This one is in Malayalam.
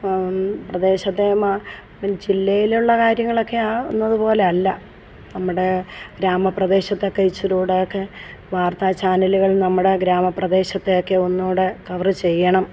പ്രദേശത്തെ മാ ജില്ലയിലുള്ള കാര്യങ്ങളൊക്കെ അ എന്നതു പോലെയല്ല നമ്മുടെ ഗ്രാമപ്രദേശത്തൊക്കെ ഇച്ചിരി കൂടെയൊക്കെ വാർത്താ ചാനലുകൾ നമ്മുടെ ഗ്രാമപ്രദേശത്തൊക്കെ ഒന്നു കൂടി കവർ ചെയ്യണം